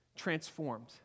Transformed